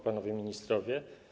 Panowie Ministrowie!